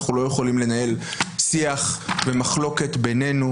לא יכולים לנהל שיח במחלוקת בינינו,